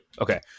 Okay